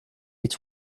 its